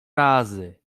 razy